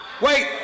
Wait